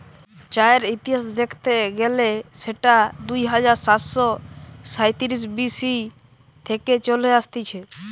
চায়ের ইতিহাস দেখতে গেলে সেটা দুই হাজার সাতশ সাইতিরিশ বি.সি থেকে চলে আসতিছে